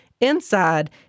inside